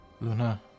Luna